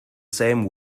same